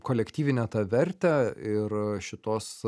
kolektyvinę tą vertę ir šitos